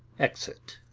exit.